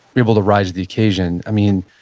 able to rise to the occasion i mean,